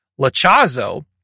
Lachazo